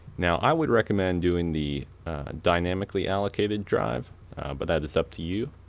now i would recommend doing the dynamically allocated drive but that is up to you.